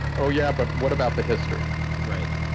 oh, yeah? but what about the history? right.